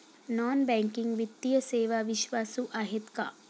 Non banking वित्तीय सेवा विश्वासू आहेत का?